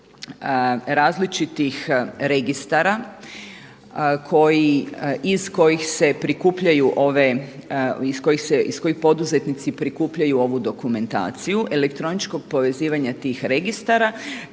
različitih registara iz kojih se prikupljaju ove, iz kojih poduzetnici prikupljaju ovu dokumentaciju elektroničkog povezivanja tih registara